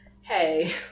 Hey